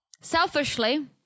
selfishly